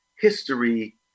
history